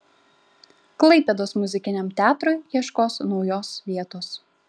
klaipėdos muzikiniam teatrui ieškos naujos vietos